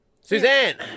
Suzanne